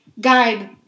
guide